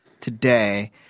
today